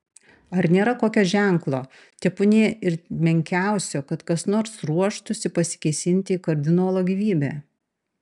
ar nėra kokio ženklo tebūnie ir menkiausio kad kas nors ruoštųsi pasikėsinti į kardinolo gyvybę